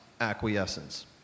acquiescence